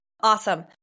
Awesome